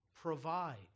provides